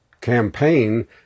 campaign